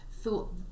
thought